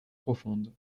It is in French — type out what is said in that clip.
profonde